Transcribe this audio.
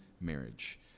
Marriage